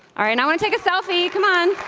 all right. i wanna take a selfie. come on,